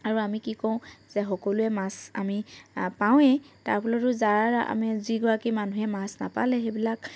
আৰু আমি কি কৰোঁ যে সকলোৱে মাছ আমি পাওঁৱে তাৰ ফলতো পৰতো যাৰ আমি যিগৰাকী মানুহে মাছ নাপালে সেইবিলাক